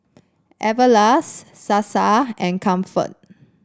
Everlast Sasa and Comfort